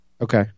Okay